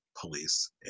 police